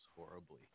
horribly